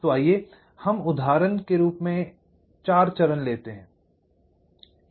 तो आइए हम उदाहरण चार चरणों के रूप में लेते हैं